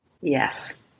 Yes